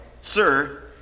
Sir